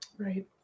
Right